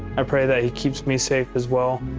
i pray that he keeps me safe as well.